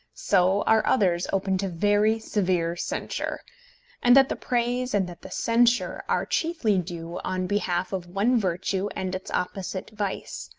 so are others open to very severe censure and that the praise and that the censure are chiefly due on behalf of one virtue and its opposite vice.